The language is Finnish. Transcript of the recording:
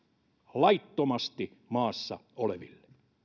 laittomasti maassa oleville